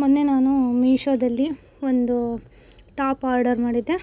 ಮೊನ್ನೆ ನಾನು ಮೀಶೋದಲ್ಲಿ ಒಂದು ಟಾಪ್ ಆರ್ಡರ್ ಮಾಡಿದ್ದೆ